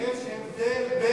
יש הבדל בין,